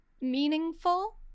meaningful